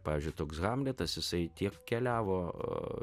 pavyzdžiui toks hamletas jisai tiek keliavo